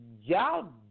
y'all